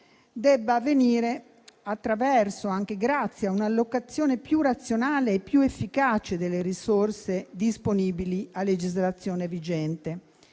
debba venire anche grazie a un'allocazione più razionale e più efficace delle risorse disponibili a legislazione vigente.